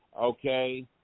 okay